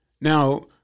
Now